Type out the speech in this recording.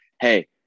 Hey